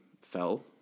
fell